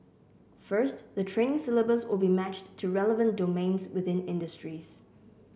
first the training syllabus will be matched to relevant domains within industries